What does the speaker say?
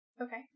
Okay